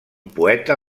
poeta